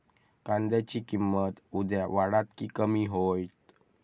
कांद्याची किंमत उद्या वाढात की कमी होईत?